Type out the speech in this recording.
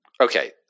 Okay